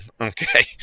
Okay